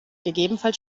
gegebenenfalls